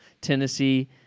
Tennessee